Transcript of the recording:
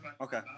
Okay